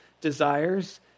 desires